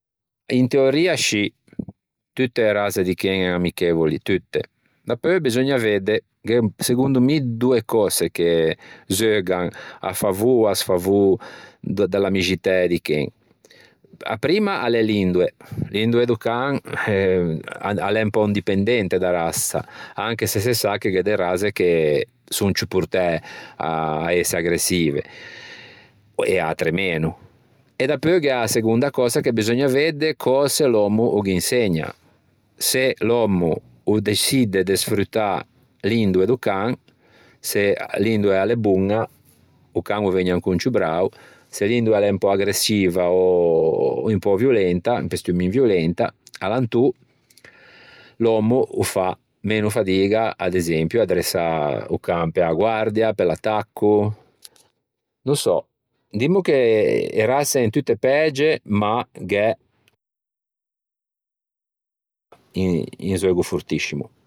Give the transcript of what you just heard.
In teoria scì, tutte e razze di chen én amichevoli, tutte. Dapeu beseugna vedde. Gh'é segondo mi doe cöse che zeugan a favô o à sfavô de l'amixitæ di chen. A primma a l'é l'indoe. L'indoe do can, eh a l'é un pö indipendente dâ rassa anche se se sa che gh'é de rasse che son ciù portæ à ëse aggressive e atre meno e dapeu gh'é a segonda cösa che beseugna vedde cöse l'ommo o gh'insegna. Se l'òmmo o deçidde de sfrutâ l'indoe do can, se l'indoe a l'é boña o can o vëgne ancon ciù brao, se l'indoe a l'é un pö agresciva ò un pö un pestumin violenta, alantô l'ommo o fa meno fadiga ad esempio a dressâ o can pe-a guardfia, pe l'attacco. No sò, dimmo che e rasse en tutte pæge ma gh'é un zeugo fortiscimo.